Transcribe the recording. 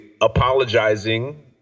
apologizing